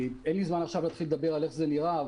אין לי זמן עכשיו להתחיל לדבר על איך זה נראה,